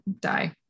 die